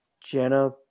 Jenna